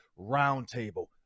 roundtable